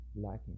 lacking